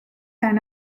and